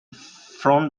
from